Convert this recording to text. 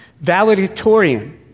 Valedictorian